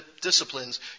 disciplines